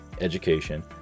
education